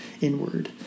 inward